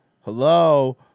hello